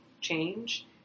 change